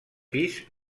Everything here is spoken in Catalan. pis